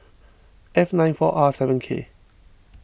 F nine four R seven K